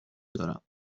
دارم